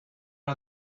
are